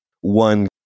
one